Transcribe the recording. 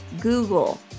Google